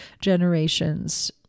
generations